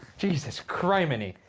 jesus criminy,